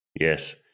Yes